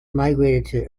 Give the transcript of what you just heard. migrated